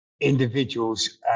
individuals